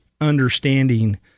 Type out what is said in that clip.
understanding